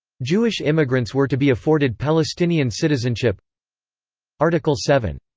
jewish immigrants were to be afforded palestinian citizenship article seven.